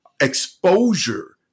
exposure